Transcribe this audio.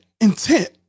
intent